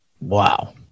Wow